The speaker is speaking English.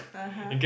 (uh huh)